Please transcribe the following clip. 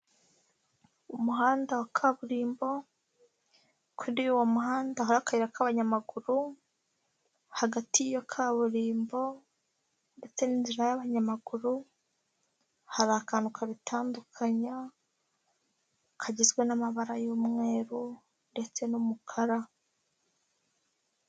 Umuhanda wa kaburimbo, kuri uwo muhanda haka akayira k'abanyamaguru, hagati ya kaburimbo ndetse n'inzira y'abanyamaguru, hari akantu kabitandukanya kagizwe n'amabara y'umweru ndetse n'umukara.